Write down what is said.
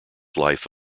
life